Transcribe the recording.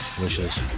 Wishes